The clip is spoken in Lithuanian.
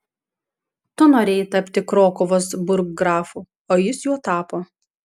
tu norėjai tapti krokuvos burggrafu o jis juo tapo